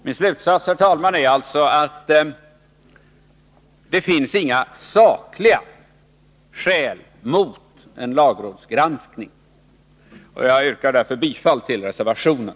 Min slutsats, herr talman, är att det inte finns några sakliga skäl mot en lagrådsgranskning. Jag yrkar därför bifall till reservationen.